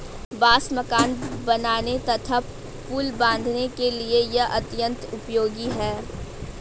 बांस मकान बनाने तथा पुल बाँधने के लिए यह अत्यंत उपयोगी है